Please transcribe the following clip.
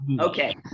Okay